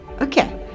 Okay